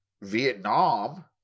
Vietnam